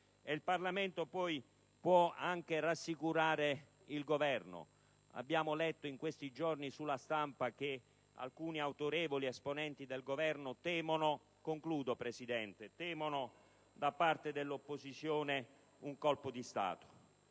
Il Parlamento poi può anche rassicurare il Governo. Abbiamo letto in questi giorni sulla stampa che alcuni autorevoli esponenti del Governo temono da parte dell'opposizione un colpo di Stato.